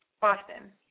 Boston